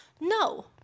No